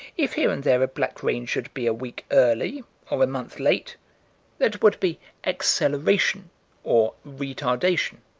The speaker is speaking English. if here and there a black rain should be a week early or a month late that would be acceleration or retardation.